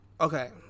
Okay